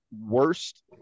worst